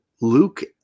Luke